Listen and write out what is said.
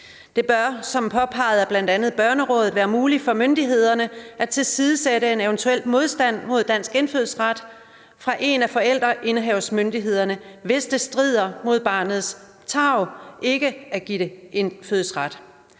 Det bør som påpeget af bl.a. Børnerådet være muligt for myndighederne at tilsidesætte en eventuel modstand mod dansk indfødsret fra en af forældremyndighedsindehaverne, hvis det strider mod barnets tarv ikke at give det indfødsret.